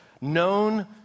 known